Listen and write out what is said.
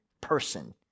person